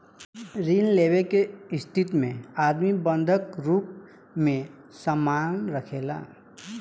ऋण लेवे के स्थिति में आदमी बंधक के रूप में सामान राखेला